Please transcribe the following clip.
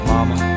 Mama